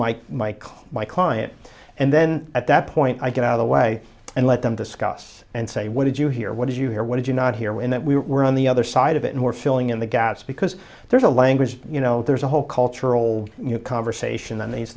class my client and then at that point i get out of the way and let them discuss and say what did you hear what did you hear what did you not hear when that we were on the other side of it and we're filling in the gaps because there's a language you know there's a whole cultural conversation that needs